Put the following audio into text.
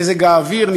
מזג האוויר?